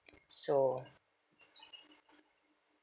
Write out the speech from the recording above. so